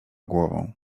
głową